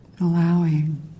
allowing